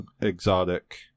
exotic